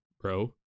bro